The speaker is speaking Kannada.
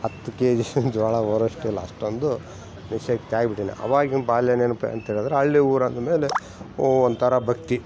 ಹತ್ತು ಕೆಜಿ ಜೋಳ ಹೊರುವಷ್ಟಿಲ್ಲ ಅಷ್ಟೊಂದು ನಿಶಕ್ತಿ ಆಗಿಬಿಟ್ಟಿನಿ ಆವಾಗಿನ ಬಾಲ್ಯ ನೆನ್ಪು ಅಂತ್ ಹೇಳಿದ್ರೆ ಹಳ್ಳಿ ಊರು ಅಂದಮೇಲೆ ಒಂಥರ ಭಕ್ತಿ